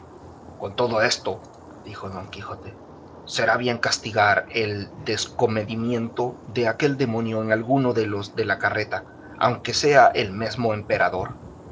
con todo eso dijo don quijote será bien castigar el descomedimiento de aquel demonio en alguno de los de la carreta aunque sea el mesmo emperador